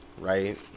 right